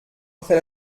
après